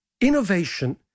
innovation